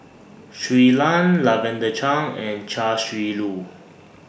Shui Lan Lavender Chang and Chia Shi Lu